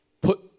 put